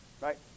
right